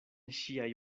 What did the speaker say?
ŝiaj